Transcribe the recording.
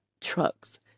trucks